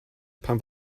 pam